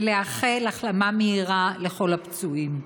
ולאחל החלמה מהירה לכל הפצועים.